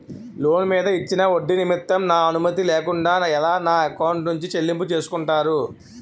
Loan మీద ఇచ్చిన ఒడ్డి నిమిత్తం నా అనుమతి లేకుండా ఎలా నా ఎకౌంట్ నుంచి చెల్లింపు చేసుకుంటారు?